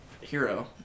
hero